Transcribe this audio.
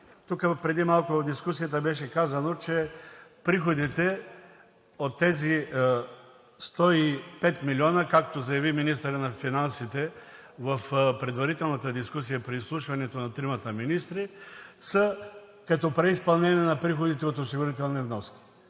– преди малко в дискусията тук беше казано, че приходите от тези 105 милиона, както заяви министърът на финансите в предварителната дискусия при изслушването на тримата министри, са като преизпълнение на приходите от осигурителни вноски.